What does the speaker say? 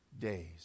Days